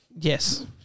Yes